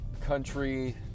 country